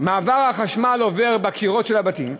כשהחשמל עובר בקירות הבתים.